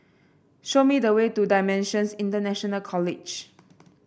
show me the way to Dimensions International College